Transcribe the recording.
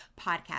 podcast